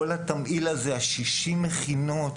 כל התמהיל הזה של 60 המכינות,